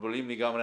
מבולבלים לגמרי.